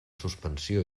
suspensió